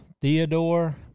Theodore